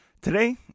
Today